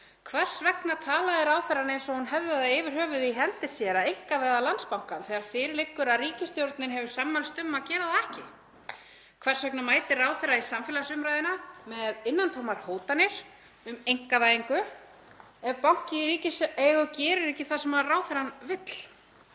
Hvers vegna talaði ráðherrann eins og hún hefði það yfir höfuð í hendi sér að einkavæða Landsbankann þegar fyrir liggur að ríkisstjórnin hefur sammælst um að gera það ekki? Hvers vegna mætir ráðherra í samfélagsumræðuna með innantómar hótanir um einkavæðingu ef banki í ríkiseigu gerir ekki það sem ráðherrann vill?